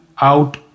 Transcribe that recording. out